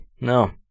No